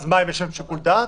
אז מה, יש להם שיקול דעת?